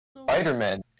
Spider-Man